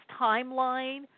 timeline